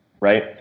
Right